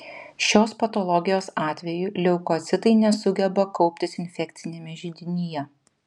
šios patologijos atveju leukocitai nesugeba kauptis infekciniame židinyje